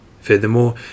Furthermore